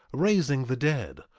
raising the dead,